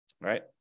right